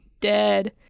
dead